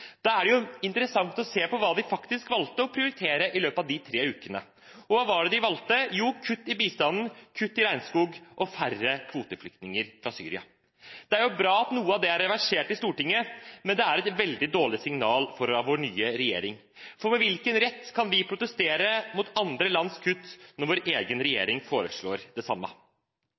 Da er det jo interessant å se på hva de faktisk valgte å prioritere i løpet av de tre ukene. Og hva var det de valgte? Jo, kutt i bistanden, kutt i regnskogsatsingen og færre kvoteflyktninger fra Syria. Det er bra at noe av det er reversert i Stortinget, men det er et veldig dårlig signal fra vår nye regjering. For med hvilken rett kan vi protestere mot andre lands kutt når vår egen regjering foreslår det samme?